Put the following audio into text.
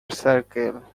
circle